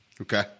Okay